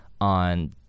on